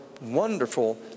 wonderful